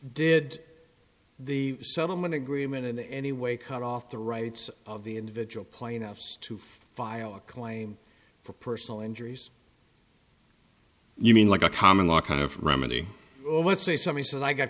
did the settlement agreement in any way cut off the rights of the individual plaintiffs to file a claim for personal injuries you mean like a common law kind of remedy let's say somebody says i got